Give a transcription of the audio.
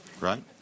Right